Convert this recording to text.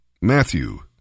Matthew